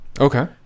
Okay